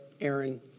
Aaron